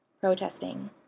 protesting